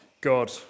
God